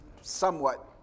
somewhat